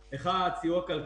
הסיוע,